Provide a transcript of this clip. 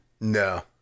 No